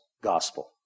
gospel